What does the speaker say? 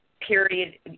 period